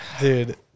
Dude